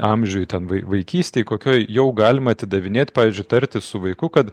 amžiuj ten vaikystėj kokioje jau galima atidavinėti pavyzdžiui tartis su vaiku kad